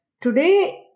Today